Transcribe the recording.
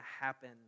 happen